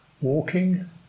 walking